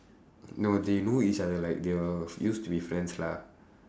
no they know each other like they will used to be friends lah